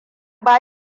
ba